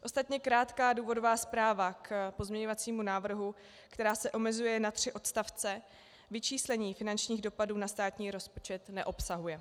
Ostatně krátká důvodová zpráva k pozměňovacímu návrhu, která se omezuje na tři odstavce, vyčíslení finančních dopadů na státní rozpočet neobsahuje.